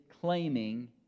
claiming